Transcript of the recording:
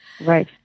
Right